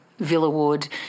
Villawood